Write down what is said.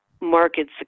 market